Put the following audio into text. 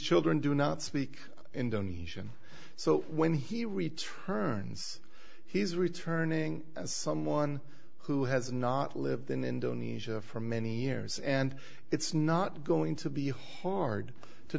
children do not speak indonesian so when he returns he's returning as someone who has not lived in indonesia for many years and it's not going to be hard to